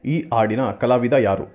ಈ ಹಾಡಿನ ಕಲಾವಿದ ಯಾರು